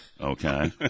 Okay